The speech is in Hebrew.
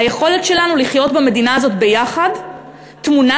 היכולת שלנו לחיות במדינה הזאת ביחד טמונה